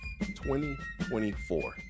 2024